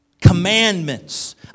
commandments